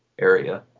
area